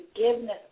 forgiveness